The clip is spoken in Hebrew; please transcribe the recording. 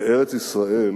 לארץ-ישראל